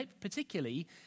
particularly